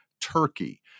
Turkey